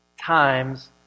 times